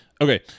Okay